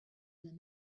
than